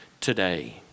today